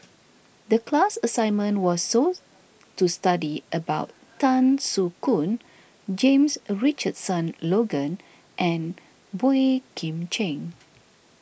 the class assignment was so to study about Tan Soo Khoon James Richardson Logan and Boey Kim Cheng